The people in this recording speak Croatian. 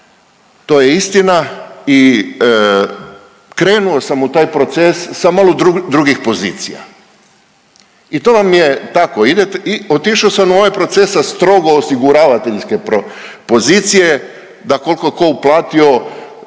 to je istina. I krenuo sam u taj proces sa malo drugih pozicija. I to vam je tako. Otišao sam u ovaj proces sa strogo osiguravateljske pozicije, da koliko je tko uplatio